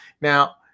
now